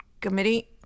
committee